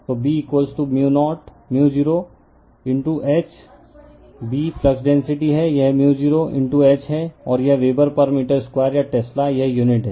तो B 0 H B flux density है यह 0 H है और यह वेबर पर मीटर 2 या टेस्ला यह यूनिट है